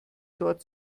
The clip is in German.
dort